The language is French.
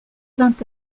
vingt